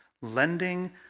lending